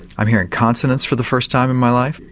i'm hearing consonants for the first time in my life,